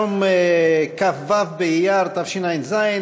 היום כ"ו באייר התשע"ז,